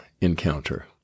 encounter